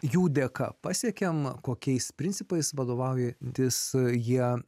jų dėka pasiekėme kokiais principais vadovaujantis jie